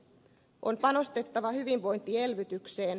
on panostettava hyvinvointielvytykseen